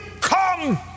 come